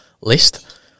list